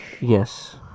Yes